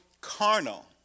carnal